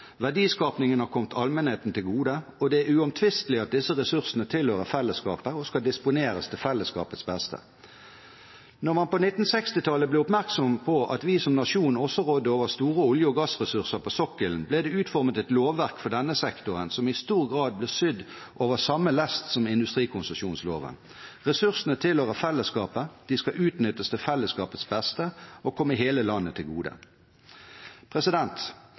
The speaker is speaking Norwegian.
Verdiskapingen har kommet allmennheten til gode, og det er uomtvistelig at disse ressursene tilhører fellesskapet og skal disponeres til fellesskapets beste. Da man på 1960-tallet ble oppmerksom på at vi som nasjon også rådde over store olje- og gassressurser på sokkelen, ble det utformet et lovverk for denne sektoren som i stor grad ble sydd over samme lest som industrikonsesjonsloven. Ressursene tilhører fellesskapet, de skal utnyttes til fellesskapets beste og komme hele landet til gode.